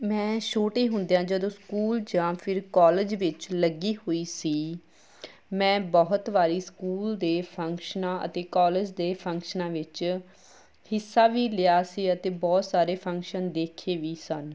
ਮੈਂ ਛੋਟੇ ਹੁੰਦਿਆਂ ਜਦੋਂ ਸਕੂਲ ਜਾਂ ਫਿਰ ਕਾਲਜ ਵਿੱਚ ਲੱਗੀ ਹੋਈ ਸੀ ਮੈਂ ਬਹੁਤ ਵਾਰੀ ਸਕੂਲ ਦੇ ਫੰਕਸ਼ਨਾਂ ਅਤੇ ਕਾਲਜ ਦੇ ਫੰਕਸ਼ਨਾਂ ਵਿੱਚ ਹਿੱਸਾ ਵੀ ਲਿਆ ਸੀ ਅਤੇ ਬਹੁਤ ਸਾਰੇ ਫੰਕਸ਼ਨ ਦੇਖੇ ਵੀ ਸਨ